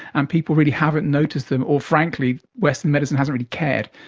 and people really haven't noticed them or frankly western medicine hasn't really cared.